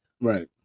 Right